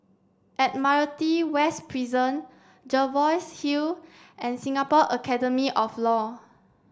Admiralty West Prison Jervois Hill and Singapore Academy of Law